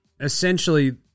essentially